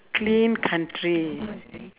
clean country